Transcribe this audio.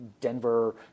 Denver